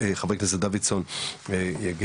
חבר הכנסת דוידסון יגיב.